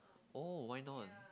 oh why not